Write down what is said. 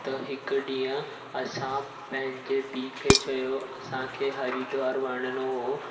त हिकु डींंहुं असां पंहिंजे पीउ खे चयो असांखे हरिद्वार वञिणो हुओ